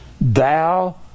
thou